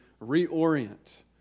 reorient